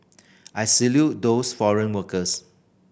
I salute those foreign workers